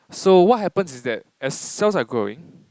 so what happens is that as cells are growing